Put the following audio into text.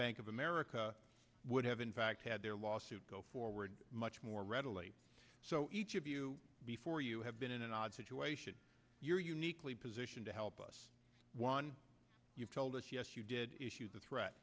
bank of america would have in fact had their lawsuit go forward much more readily so each of you before you have been in an odd situation you are uniquely positioned to help us one you've told us yes you did issue the threat